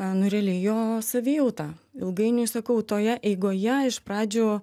nu realiai jo savijauta ilgainiui sakau toje eigoje iš pradžių